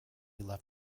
left